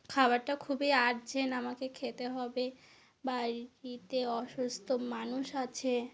খাবারটা খুবই আর্জেন্ট আমাকে খেতে হবে বাড়িতে অসুস্থ মানুষ আছে